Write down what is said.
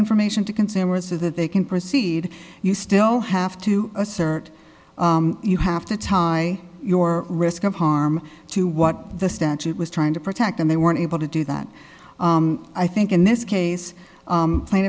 information to consumers is that they can proceed you still have to assert you have to tie your risk of harm to what the statute was trying to protect and they weren't able to do that i think in this case